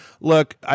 look